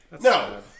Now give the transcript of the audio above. No